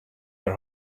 your